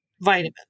vitamin